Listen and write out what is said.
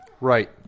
Right